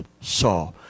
saw